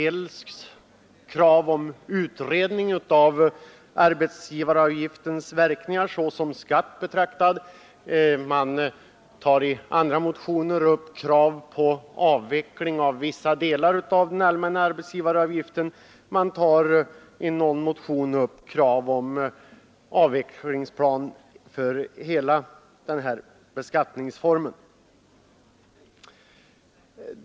En del krav gäller utredning av arbetsgivaravgiftens verkningar såsom skatt betraktad, i andra motioner tar man upp krav på avveckling av vissa delar av den allmänna arbetsgivaravgiften, i någon motion tas krav upp om en avvecklingsplan för hela beskattningsformen.